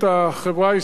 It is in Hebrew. למקום אחר.